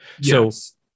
Yes